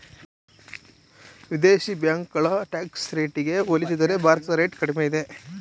ವಿದೇಶಿ ಬ್ಯಾಂಕುಗಳ ಟ್ಯಾಕ್ಸ್ ರೇಟಿಗೆ ಹೋಲಿಸಿದರೆ ಭಾರತದ ರೇಟ್ ಕಡಿಮೆ ಇದೆ